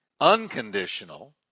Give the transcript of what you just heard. unconditional